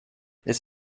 this